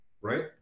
right